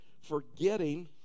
forgetting